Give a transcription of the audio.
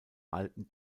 alten